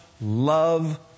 love